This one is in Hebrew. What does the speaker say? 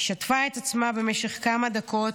היא שטפה את עצמה במשך כמה דקות,